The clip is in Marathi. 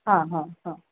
हां हां हां